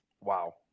wow